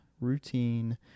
routine